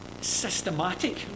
systematic